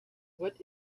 what